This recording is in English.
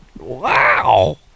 Wow